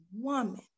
woman